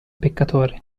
peccatore